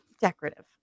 Decorative